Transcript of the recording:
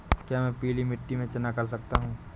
क्या मैं पीली मिट्टी में चना कर सकता हूँ?